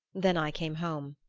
then i came home.